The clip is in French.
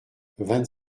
vingt